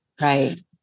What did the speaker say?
Right